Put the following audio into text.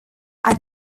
are